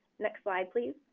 next slide please.